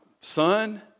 son